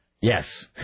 Yes